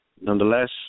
Nonetheless